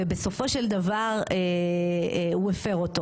ובסופו של דבר הוא הפר אותו,